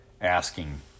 asking